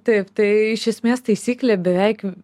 taip tai iš esmės taisyklė beveik